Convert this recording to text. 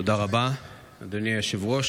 תודה רבה, אדוני היושב-ראש.